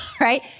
right